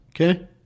okay